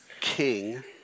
king